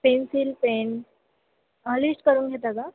pencil pen ह लिश करून घेता का